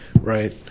Right